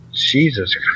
Jesus